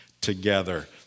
together